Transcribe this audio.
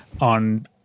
on